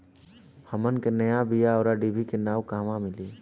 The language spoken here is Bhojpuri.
हमन के नया बीया आउरडिभी के नाव कहवा मीली?